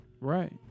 Right